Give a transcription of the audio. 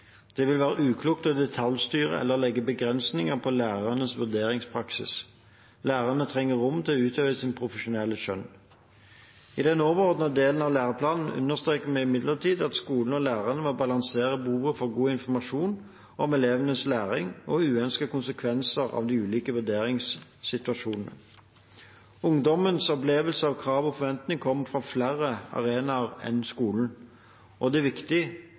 Det vil være uklokt å detaljstyre eller legge begrensninger på lærernes vurderingspraksis. Lærerne trenger rom til å utøve sitt profesjonelle skjønn. I den nye overordnede delen av læreplanverket understreker vi imidlertid at skolen og lærerne må balansere behovet for god informasjon om elevenes læring og uønskede konsekvenser av ulike vurderingssituasjoner. Ungdommenes opplevelse av krav og forventninger kommer fra flere arenaer enn skolen, og det er en viktig